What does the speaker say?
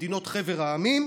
מדינות חבר העמים,